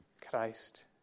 Christ